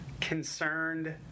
Concerned